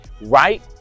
Right